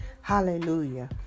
Hallelujah